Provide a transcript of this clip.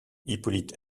hippolyte